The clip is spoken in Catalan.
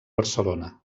barcelona